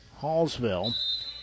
Hallsville